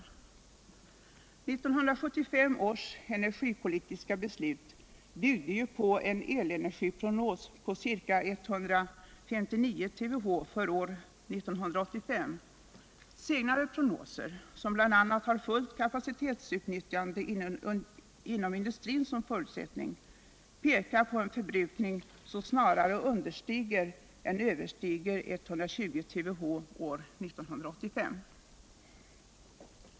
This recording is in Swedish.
1975 års energipolitiska beslut byggde ju på en elenergiprognos på ca 159 TWh för år 1985. Senare prognoser, som bl.a. har fullt kapacitetsutnyttjande inom industrin som förutsättning, pekar på en förbrukning som snarare understiger än överstiger 120 TWh år 1985.